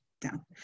down